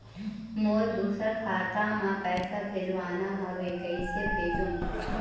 मोर दुसर खाता मा पैसा भेजवाना हवे, कइसे भेजों?